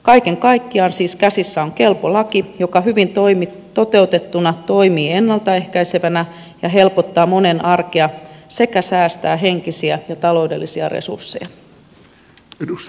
kaiken kaikkiaan siis käsissä on kelpo laki joka hyvin toteutettuna toimii ennalta ehkäisevänä ja helpottaa monen arkea sekä säästää henkisiä ja taloudellisia resursseja